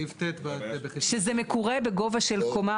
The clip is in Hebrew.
מדיני יותר.